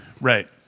Right